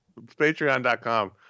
Patreon.com